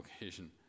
occasion